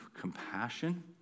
compassion